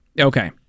Okay